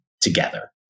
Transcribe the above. together